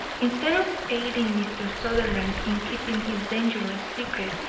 instead of aiding mr. sutherland in keeping his dangerous secret,